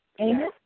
Amen